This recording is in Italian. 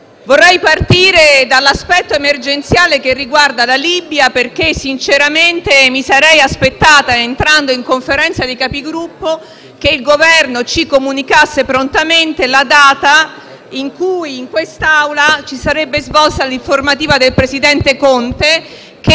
Vorrei partire dall'aspetto emergenziale che riguarda la Libia, perché sinceramente mi sarei aspettata, entrando in Conferenza dei Capigruppo, che il Governo ci comunicasse prontamente la data in cui in quest'Aula si sarebbe svolta l'informativa del presidente Conte, che,